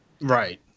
right